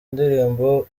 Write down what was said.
ndirimbo